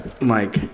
Mike